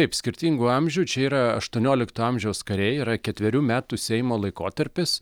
taip skirtingų amžių čia yra aštuoniolikto amžiaus kariai yra ketverių metų seimo laikotarpis